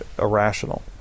irrational